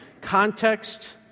Context